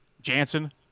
Jansen